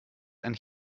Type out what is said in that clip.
and